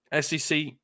SEC